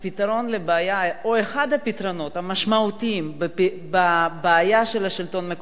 אחד הפתרונות המשמעותיים בבעיה של השלטון המקומי,